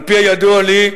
על-פי הידוע לי,